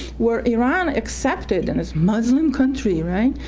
where iran accepted and it's muslim country, right,